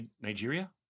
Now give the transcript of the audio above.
Nigeria